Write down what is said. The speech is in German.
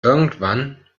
irgendwann